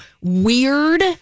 weird